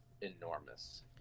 enormous